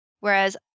Whereas